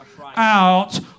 out